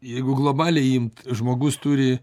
jeigu globaliai imt žmogus turi